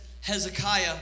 Hezekiah